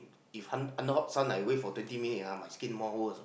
if under hot sun I wait for twenty minutes ah my skin more worse orh